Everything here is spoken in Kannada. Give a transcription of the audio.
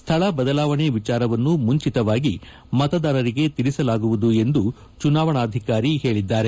ಸ್ಥಳ ಬದಲಾವಣೆ ವಿಚಾರವನ್ನು ಮುಂಚಿತವಾಗಿ ಮತದಾರರಿಗೆ ತಿಳಿಸಲಾಗುವುದು ಎಂದು ಚುನಾವಣಾಧಿಕಾರಿ ಹೇಳಿದ್ದಾರೆ